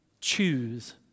choose